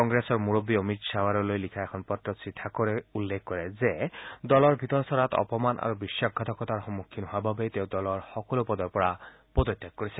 গুজৰাট কংগ্ৰেছৰ মূৰববী অমিত চাৱৰালৈ লিখা এখন পত্ৰত শ্ৰীঠাকোৰে উল্লেখ কৰে যে দলৰ ভিতৰচ'ৰা অপমান আৰু বিশ্বাসঘাতকতাৰ সন্মুখীন হোৱা বাবেই তেওঁ দলৰ সকলো পদৰ পৰা পদত্যাগ কৰিছে